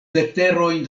leterojn